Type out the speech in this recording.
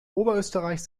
oberösterreich